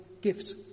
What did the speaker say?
gifts